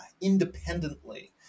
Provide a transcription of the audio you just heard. independently